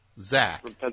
Zach